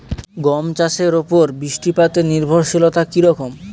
গম চাষের উপর বৃষ্টিপাতে নির্ভরশীলতা কী রকম?